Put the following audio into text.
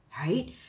right